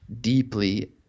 deeply